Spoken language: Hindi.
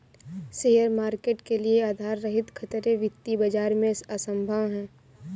शेयर मार्केट के लिये आधार रहित खतरे वित्तीय बाजार में असम्भव हैं